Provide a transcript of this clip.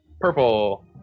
Purple